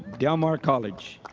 del mar college.